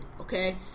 okay